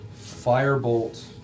firebolt